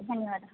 धन्यवादः